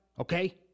okay